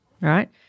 right